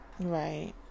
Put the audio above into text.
right